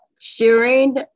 Sharing